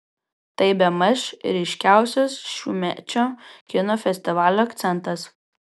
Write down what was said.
tai bemaž ryškiausias šiųmečio kino festivalio akcentas